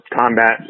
combat